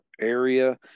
area